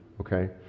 okay